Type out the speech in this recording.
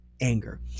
anger